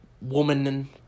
woman